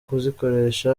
kuzikoresha